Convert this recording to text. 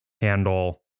handle